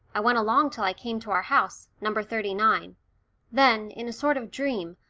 i went along till i came to our house, number thirty nine then, in a sort of dream,